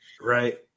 Right